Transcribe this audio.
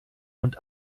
und